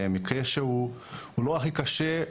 מקרה שהוא הוא לא הכי קשה,